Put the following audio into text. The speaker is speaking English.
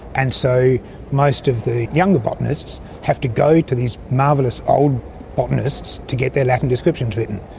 and so most of the younger botanists have to go to these marvellous old botanists to get their latin descriptions written.